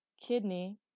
Kidney